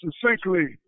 succinctly